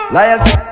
Loyalty